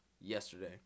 yesterday